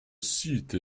site